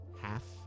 half